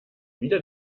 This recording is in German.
wieder